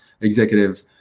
executive